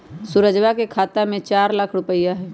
सुरजवा के खाता में चार लाख रुपइया हई